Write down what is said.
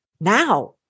now